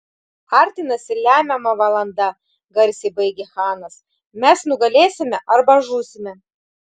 artinasi lemiama valanda garsiai baigė chanas mes nugalėsime arba žūsime